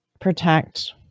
protect